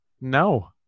No